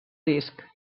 disc